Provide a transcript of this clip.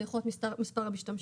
זה יכול להיות מספר המשתמשים,